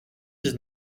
dix